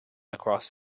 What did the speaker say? across